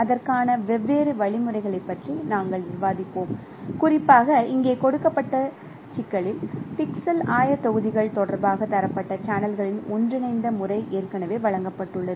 அதற்கான வெவ்வேறு வழிமுறைகளைப் பற்றி நாங்கள் விவாதிப்போம் குறிப்பாக இங்கே கொடுக்கப்பட்ட சிக்கலில் பிக்சல் ஆயத்தொகுதிகள் தொடர்பாக தரப்படுத்தப்பட்ட சேனல்களின் ஒன்றிணைந்த முறை ஏற்கனவே வழங்கப்பட்டுள்ளது